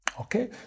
Okay